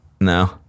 No